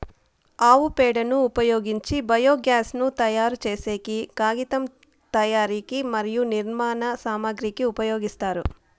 ఆవు పేడను ఉపయోగించి బయోగ్యాస్ ను తయారు చేసేకి, కాగితం తయారీకి మరియు నిర్మాణ సామాగ్రి కి ఉపయోగిస్తారు